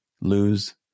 lose